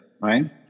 right